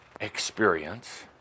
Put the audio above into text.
experience